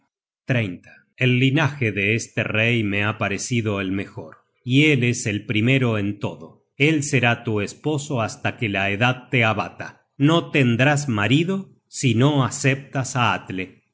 hugen el linaje de este rey me ha parecido el mejor y él es el primero en todo el será tu esposo hasta que la edad te abata no tendrás marido si no aceptas á atle